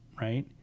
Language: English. right